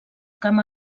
camp